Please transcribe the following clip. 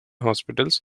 hospitals